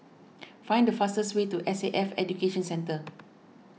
find the fastest way to S A F Education Centre